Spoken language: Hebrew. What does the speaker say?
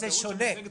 זה שונה.